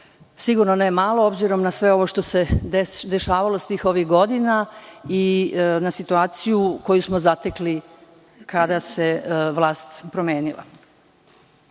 sigurno ne malo, obzirom na sve ovo što se dešavalo svih ovih godina i na situaciju koju smo zatekli kada se vlast promenila. Nedavno